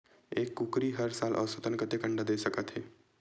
एक कुकरी हर साल औसतन कतेक अंडा दे सकत हे?